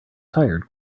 tired